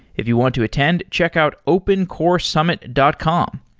if you want to attend, check out opencoresummit dot com.